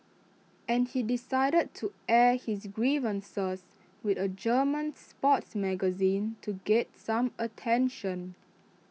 and he decided to air his grievances with A German sports magazine to get some attention